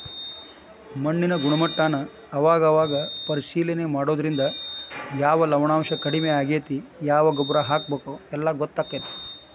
ಮಣ್ಣಿನ ಗುಣಮಟ್ಟಾನ ಅವಾಗ ಅವಾಗ ಪರೇಶಿಲನೆ ಮಾಡುದ್ರಿಂದ ಯಾವ ಲವಣಾಂಶಾ ಕಡಮಿ ಆಗೆತಿ ಯಾವ ಗೊಬ್ಬರಾ ಹಾಕಬೇಕ ಎಲ್ಲಾ ಗೊತ್ತಕ್ಕತಿ